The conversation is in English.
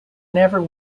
never